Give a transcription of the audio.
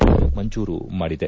ಗಳನ್ನು ಮಂಜೂರು ಮಾಡಿದೆ